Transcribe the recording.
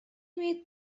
имеет